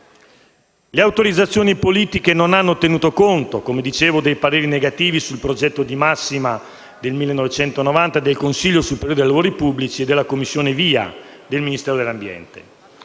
Le autorizzazioni politiche non hanno tenuto conto - come dicevo - dei pareri negativi sul progetto di massima del 1990 del Consiglio superiore dei lavori pubblici e della commissione VIA del Ministero dell'ambiente.